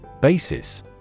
Basis